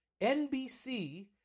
NBC